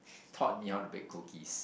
taught me how to bake cookies